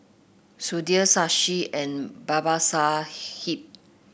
Sudhir Shashi and Babasaheb